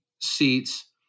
seats